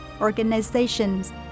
organizations